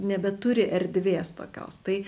nebeturi erdvės tokios tai